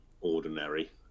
ordinary